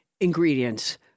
ingredients